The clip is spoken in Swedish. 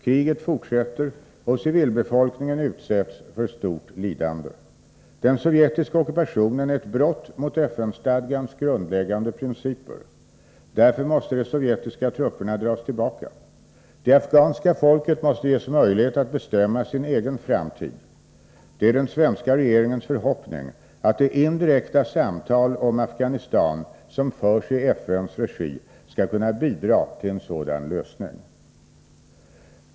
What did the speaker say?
Kriget fortsätter, och civilbefolkningen utsätts för stort lidande. Den sovjetiska ockupationen är ett brott mot FN-stadgans grundläggande principer. Därför måste de sovjetiska trupperna dras tillbaka. Det afghanska folket måste ges möjlighet att bestämma sin egen framtid. Det är den svenska regeringens förhoppning att de indirekta samtal om Afghanistan som förs i FN:s regi skall kunna bidra till en sådan lösning.